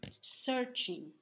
Searching